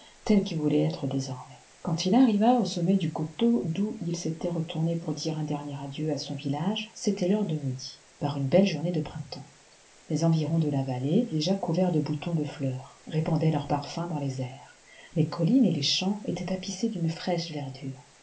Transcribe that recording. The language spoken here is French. tel qu'il voulait être désormais quand il arriva au sommet du coteau d'où il s'était retourné pour dire un dernier adieu à son village c'était l'heure de midi par une belle journée de printemps les environs de la vallée déjà couverts de boutons de fleurs répandaient leurs parfums dans les airs les collines et les champs étaient tapissés d'une fraîche verdure